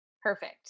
perfect